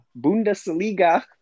Bundesliga